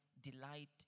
delight